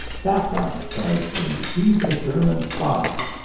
that one! cried jimmie. he's a german spy!